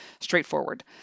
straightforward